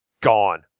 Gone